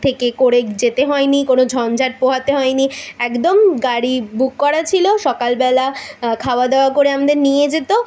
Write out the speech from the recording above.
থেকে করে যেতে হয়নি কোনো ঝঞ্ঝাট পোহাতে হয়নি একদম গাড়ি বুক করা ছিল সকালবেলা খাওয়া দাওয়া করে আমাদের নিয়ে যেত